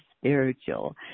spiritual